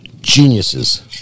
Geniuses